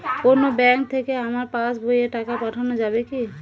অন্য ব্যাঙ্ক থেকে আমার পাশবইয়ে টাকা পাঠানো যাবে কি?